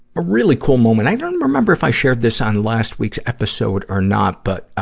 ah really cool moment i don't remember if i shared this on last week's episode or not. but, ah,